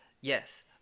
yes